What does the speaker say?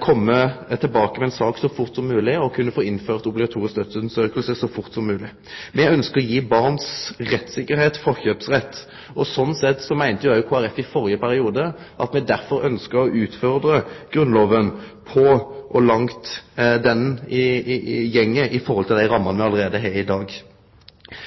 kome tilbake med ei sak så fort som mogleg, og få innført obligatorisk dødsstadsundersøking så fort som mogleg. Me ønskjer å gi barns rettstryggleik «forkjørsrett». Kristeleg Folkeparti sa i førre perioden òg at me ønskte «å utfordre Grunnloven på hvor langt den går i forhold til de rammer vi har». Når det gjeld saka som ligg føre i dag,